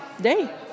day